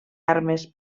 armes